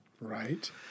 Right